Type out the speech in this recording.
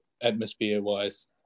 atmosphere-wise